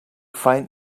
find